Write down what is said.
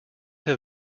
have